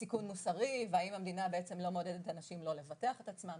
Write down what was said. סיכון מוסרי והאם המדינה בעצם לא מעודדת אנשים לא לבטח את עצמם.